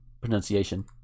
pronunciation